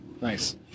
Nice